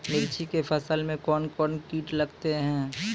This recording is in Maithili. मिर्ची के फसल मे कौन कौन कीट लगते हैं?